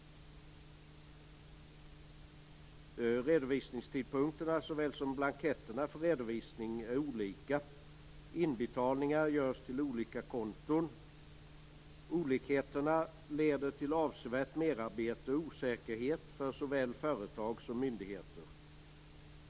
Redovisningstidpunkterna såväl som blanketterna för redovisning är olika. Inbetalningar görs till olika konton. Olikheterna leder till avsevärt merarbete och osäkerhet för såväl företag som myndigheter.